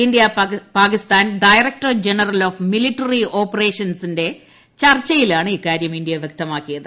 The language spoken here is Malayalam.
India Pakistan director general of military ഓപ്പറേഷൻമാരുടെ ചർച്ചയിലാണ് ഇക്കാര്യം ഇന്ത്യ വൃക്തമാക്കിയത്